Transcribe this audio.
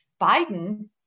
Biden